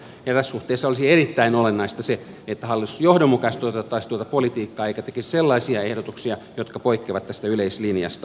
tässä suhteessa olisi erittäin olennaista se että hallitus johdonmukaisesti toteuttaisi tuota politiikkaa eikä tekisi sellaisia ehdotuksia jotka poikkeavat tästä yleislinjasta